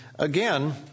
Again